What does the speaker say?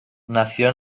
nació